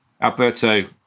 Alberto